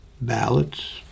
ballots